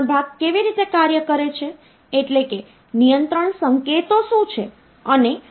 તો હવે કેવી રીતે તેને કન્વર્ટ કરવું